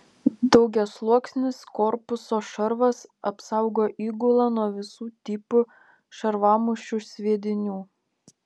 daugiasluoksnis korpuso šarvas apsaugo įgulą nuo visų tipų šarvamušių sviedinių